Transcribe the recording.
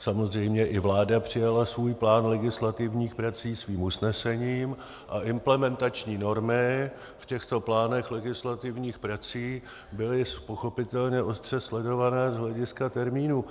Samozřejmě i vláda přijala svůj plán legislativních prací svým usnesením a implementační normy v těchto plánech legislativních prací byly pochopitelně ostře sledované z hlediska termínu.